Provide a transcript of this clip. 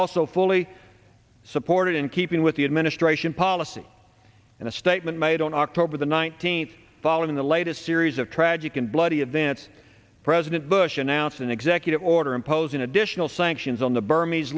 also fully supported in keeping with the administration policy and the statement made on october the nineteenth following the latest series of tragic and bloody events president bush announced an executive order imposing additional sanctions on the burm